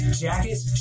jackets